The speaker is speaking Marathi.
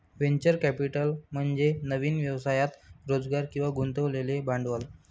व्हेंचर कॅपिटल म्हणजे नवीन व्यवसायात रोजगार किंवा गुंतवलेले भांडवल